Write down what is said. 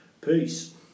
peace